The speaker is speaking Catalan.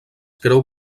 creu